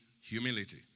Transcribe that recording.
humility